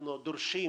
אנחנו דורשים